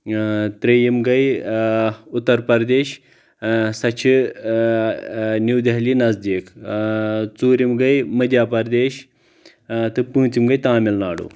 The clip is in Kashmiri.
اۭں ترٛیٚیِم گے اُتر پردیش سۄ چھِ نیو دہلی نزدیٖک اۭں ژوٗرِم گے مدھیا پردیش تہٕ پوٗنٛژِم گے تامِل ناڈو